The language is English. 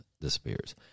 disappears